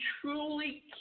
truly